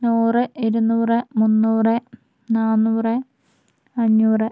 നൂറ് ഇരുനൂറ് മുന്നൂറ് നാന്നൂറ് അഞ്ഞൂറ്